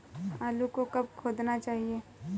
आलू को कब खोदना चाहिए?